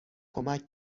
کمک